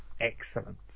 excellent